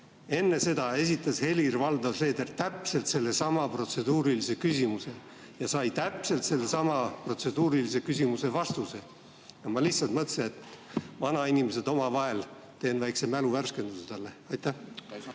enne seda esitas Helir-Valdor Seeder täpselt sellesama protseduurilise küsimuse ja sai täpselt sellesama protseduurilise küsimuse vastuse. Ma lihtsalt mõtlesin, et vanainimesed omavahel, teen väikese mälu värskenduse talle. Aitäh!